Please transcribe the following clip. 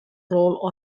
role